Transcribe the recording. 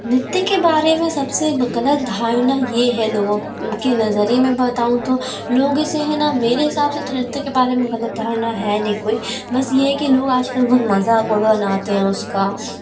नृत्य के बारे में सब से ग़लत धारना ये है लोगों उनके नज़रिए मैं बताऊँ तो लोग इसे है ना मेरे हिसाब से तो नृत्य के बारे में ग़लत धारणा है नहीं कोई बस ये है कि लोग आज कल बहुत मज़ाक उड़ बनाते हैं उसका